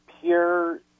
pure